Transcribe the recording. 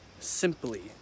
Simply